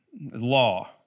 law